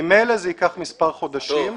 ממילא זה ייקח מספר חודשים.